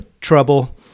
trouble